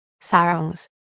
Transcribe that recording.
sarongs